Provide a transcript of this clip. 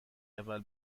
اول